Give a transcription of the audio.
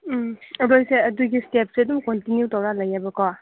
ꯎꯝ ꯑꯗꯣ ꯏꯆꯦ ꯑꯗꯨꯒꯤ ꯏꯁꯇꯦꯞꯁꯦ ꯑꯗꯨꯝ ꯀꯟꯇꯤꯅ꯭ꯌꯨ ꯇꯧꯔꯒ ꯂꯩꯌꯦꯕꯀꯣ